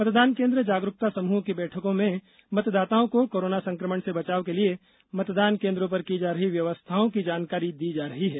मतदान कोन्द्र जागरूकता समूह की बैठकों में मतदाताओं को कोरोना संक्रमण से बचाव के लिए मतदान केंद्रों पर की जा रही व्यवस्थाओं की जानकारी दी जा रही है